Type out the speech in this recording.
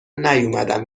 نیومدم